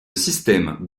système